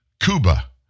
Cuba